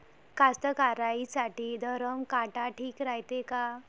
कास्तकाराइसाठी धरम काटा ठीक रायते का?